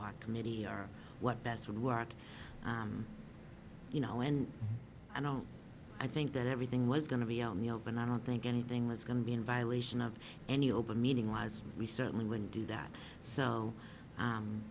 hoc committee are what best would work you know and i don't i think that everything was going to be on the up and i don't think anything was going to be in violation of any open meeting was we certainly wouldn't do that so